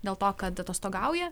dėl to kad atostogauja